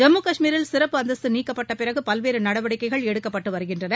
ஜம்மு காஷ்மீரில் சிறப்பு அந்தஸ்து நீக்கப்பட்ட பிறகு பல்வேறு நடவடிக்கைகள் எடுக்கப்பட்டு வருகின்றன